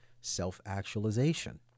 Self-actualization